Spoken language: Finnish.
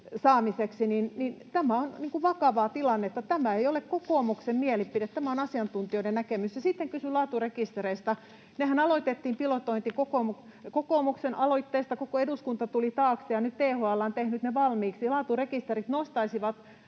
saamiseksi. Tämä on niin kuin vakavaa tilannetta. Tämä ei ole kokoomuksen mielipide, tämä on asiantuntijoiden näkemys. Ja sitten kysyn laaturekistereistä. Nehän aloitettiin, pilotointi, kokoomuksen aloitteesta, koko eduskunta tuli taakse, ja nyt THL on tehnyt ne valmiiksi. Laaturekisterit nostaisivat